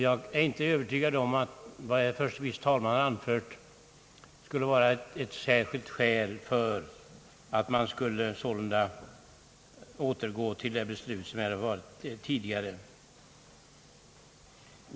Jag är inte övertygad om att vad herr förste vice talmannen anfört skulle vara ett särskilt skäl för att man skulle återgå till det beslut som här fattats tidigare.